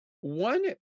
One